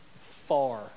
far